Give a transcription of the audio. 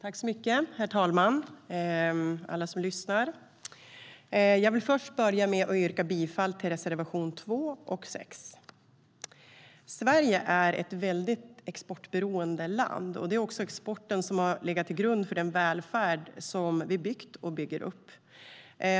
Herr talman, alla som lyssnar! Jag vill börja med att yrka bifall till reservationerna 2 och 6.Sverige är ett väldigt exportberoende land. Det är också exporten som har legat till grund för den välfärd som vi har byggt och bygger upp.